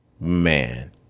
man